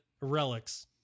relics